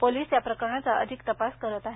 police या प्रकरणाचा अधिक तपास करीत आहेत